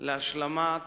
להשלמת